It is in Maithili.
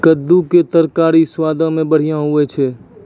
कद्दू के तरकारी स्वादो मे बढ़िया होय छै